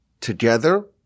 together